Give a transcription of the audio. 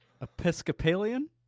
Episcopalian